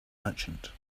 merchant